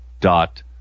dot